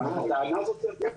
בתהליך.